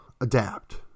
adapt